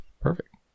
Perfect